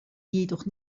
jedoch